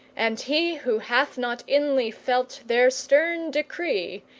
and he who hath not inly felt their stern decree,